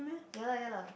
ya lah ya lah